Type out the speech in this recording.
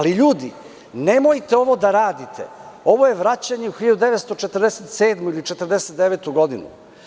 Ljudi, nemojte ovo da radite, ovo je vraćanje u 1947. ili 1949. godinu.